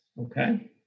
okay